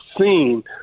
seen